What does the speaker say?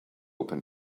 open